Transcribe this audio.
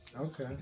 Okay